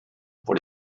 pour